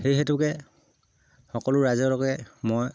সেই হেতুকে সকলো ৰাইজকে মই